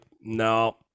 no